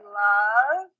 love